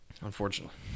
Unfortunately